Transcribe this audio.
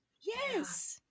yes